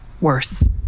worse